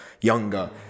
younger